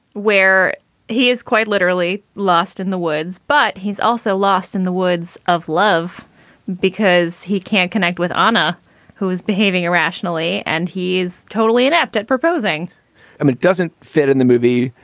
where he is quite literally lost in the woods, but he's also lost in the woods of love because he can't connect with honor who is behaving irrationally. and he is totally inept at proposing and it doesn't fit in the movie.